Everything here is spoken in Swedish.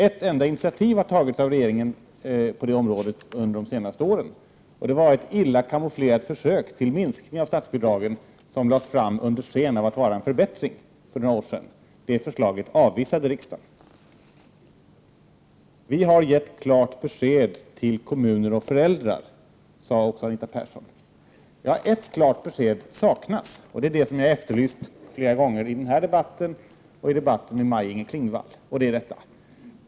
Ett enda initiativ har tagits från regeringen under de senaste åren, och det var ett illa kamouflerat försök till minskning av statsbidragen, som lades fram under sken av att vara en förbättring. Det förslaget avvisade riksdagen. Anita Persson sade också: Vi har gett klart besked till kommuner och till föräldrar. Ett klart besked saknas dock — det är det som jag har efterlyst flera gånger i den här debatten och under debatten med Maj-Inger Klingvall.